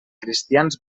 cristians